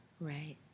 Right